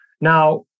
now